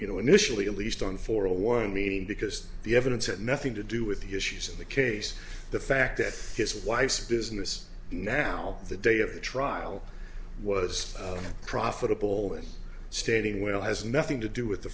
you know initially at least on for a one meeting because the evidence had nothing to do with the issues of the case the fact that his wife's business now the day of the trial was profitable and stating well has nothing to do with the